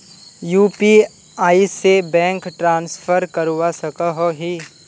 UPI से bank transfer करवा सकोहो ही?